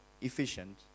efficient